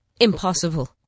Impossible